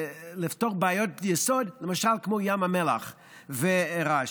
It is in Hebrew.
לפתור בעיות יסוד כמו ים המלח ורעש.